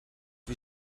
wie